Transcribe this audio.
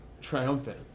triumphant